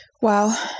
Wow